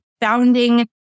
founding